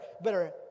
better